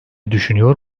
düşünüyor